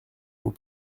vous